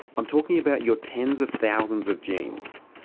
i'm talking about your tens of thousands of genes,